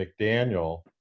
McDaniel